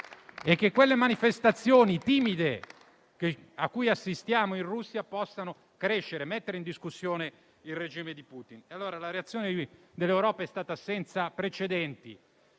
e che quelle manifestazioni timide a cui assistiamo in Russia possano crescere e mettere in discussione il regime di Putin. La reazione dell'Europa è stata senza precedenti.